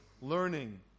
learning